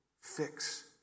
fix